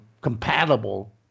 compatible